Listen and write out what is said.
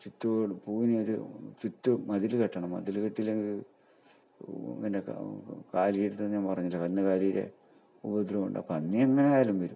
ചുറ്റും പൂവിനൊരു ചുറ്റും മതിൽ കെട്ടണം മതിൽ കെട്ടിയില്ലെങ്കിൽ പിന്നെ കാലിയുണ്ടെന്ന് ഞാൻ പറഞ്ഞില്ലേ കന്നുകാലിയുടെ ഉപദ്രവം ഉണ്ട് പന്നി എങ്ങനെ ആയാലും വരും